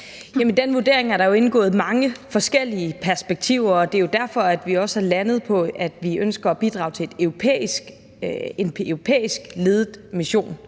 i den vurdering er der jo indgået mange forskellige perspektiver, og det er derfor, at vi også er landet på, at vi ønsker at bidrage til en europæisk ledet mission.